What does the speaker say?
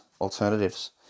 alternatives